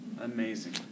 amazing